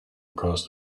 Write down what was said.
across